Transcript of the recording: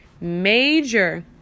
major